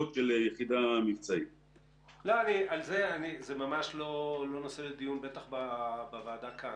זה ממש לא נושא לדיון כאן.